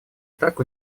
так